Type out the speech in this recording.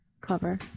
cover